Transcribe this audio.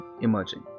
emerging